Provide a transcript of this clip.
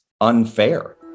unfair